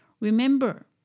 Remember